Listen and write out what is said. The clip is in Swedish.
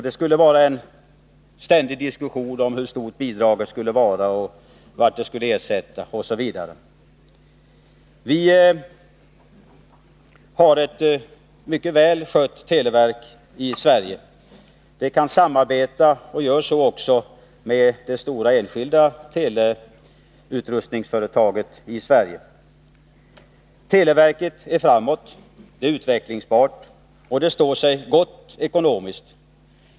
Det skulle bli en ständig diskussion om hur stort bidraget skulle vara, vad det skulle ersätta OSV. Vi har ett mycket välskött televerk i Sverige. Det kan samarbeta — och gör så också — med det stora enskilda teleutrustningsföretaget i Sverige. Televerket är framåt, det är utvecklingsbart och det står sig gott ekonomiskt.